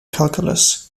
calculus